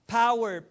power